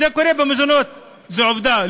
וזה קורה במזונות, זו עובדה.